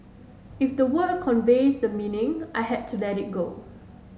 if the word conveys the meaning I had to let it go